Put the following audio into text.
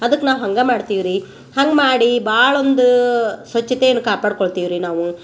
ಅದಕ್ಕೆ ನಾವು ಹಂಗೆ ಮಾಡ್ತೀವಿ ರೀ ಹಂಗೆ ಮಾಡಿ ಬಾಳೊಂದು ಸ್ವಚ್ಛತೆಯನ್ನ ಕಾಪಾಡ್ಕೊಳ್ತಿವ್ರಿ ನಾವು